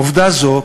עובדה זו,